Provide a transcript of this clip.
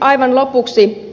aivan lopuksi